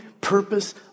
purpose